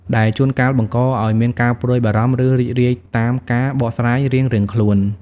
ដែលជួនកាលបង្កឱ្យមានការព្រួយបារម្ភ ឬរីករាយតាមការបកស្រាយរៀងៗខ្លួន។